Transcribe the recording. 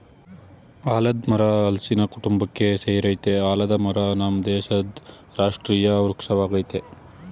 ಆಲದ್ ಮರ ಹಲ್ಸಿನ ಕುಟುಂಬಕ್ಕೆ ಸೆರಯ್ತೆ ಆಲದ ಮರ ನಮ್ ದೇಶದ್ ರಾಷ್ಟ್ರೀಯ ವೃಕ್ಷ ವಾಗಯ್ತೆ